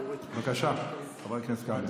בבקשה, חבר הכנסת קלנר.